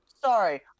Sorry